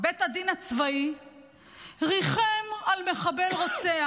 בית הדין הצבאי ריחם על מחבל רוצח,